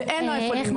ואין לו איפה ללמוד.